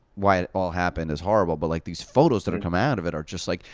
why it all happened is horrible. but like these photos that are coming out of it are just, like,